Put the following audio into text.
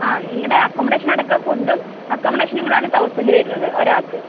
ആ നിങ്ങളുടെ അക്കൊമൊഡേഷനടക്കം ഫുഡും അക്കോമഡേഷനും കൂടിയാണ് തൗസൻ്റ് വരുന്നത് ഒരാൾക്ക്